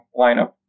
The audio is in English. lineup